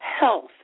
health